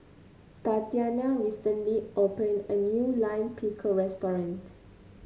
Tatiana recently opened a new Lime Pickle restaurant